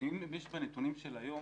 בנתונים של היום,